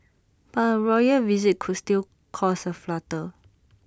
but A royal visit could still cause A flutter